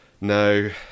no